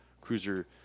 Cruiser